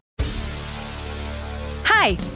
Hi